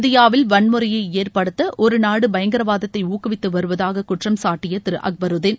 இந்தியாவில் வன்முறையை ஏற்படுத்த ஒரு நாடு பயங்கரவாதத்தை ஊக்குவித்து வருவதாக குற்றம் சாட்டிய திரு அக்பருதீன்